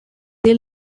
they